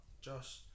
Josh